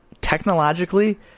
technologically